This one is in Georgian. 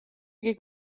იგი